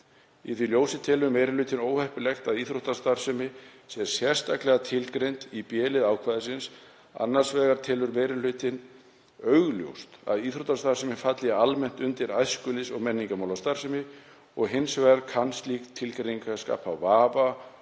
Í því ljósi telur meiri hlutinn óheppilegt að íþróttastarfsemi sé sérstaklega tilgreind í b-lið ákvæðisins. Annars vegar telur meiri hlutinn augljóst að íþróttastarfsemi falli almennt undir æskulýðs- og menningarmálastarfsemi og hins vegar kann slík tilgreining að skapa vafa að